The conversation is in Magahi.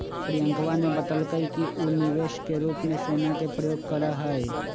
प्रियंकवा ने बतल कई कि ऊ निवेश के रूप में सोना के प्रयोग करा हई